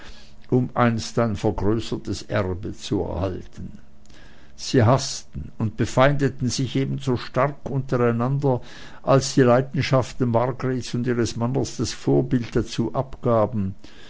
um einst ein vergrößertes erbe zu erhalten sie haßten und befeindeten sich ebenso stark untereinander als die leidenschaften margrets und ihres mannes das vorbild dazu abgaben